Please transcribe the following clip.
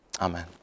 Amen